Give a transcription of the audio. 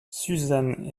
suzanne